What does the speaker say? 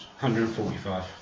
145